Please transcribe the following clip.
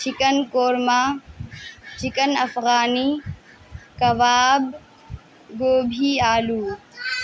chicken korma chicken Afghani kebab گوبھی آلو